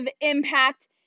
impact